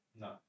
No